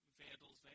vandals